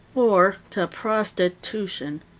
or to prostitution.